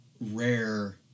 rare